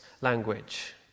language